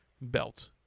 belt